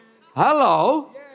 Hello